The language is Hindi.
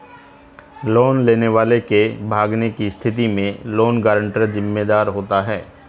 लोन लेने वाले के भागने की स्थिति में लोन गारंटर जिम्मेदार होगा